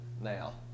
now